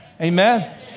Amen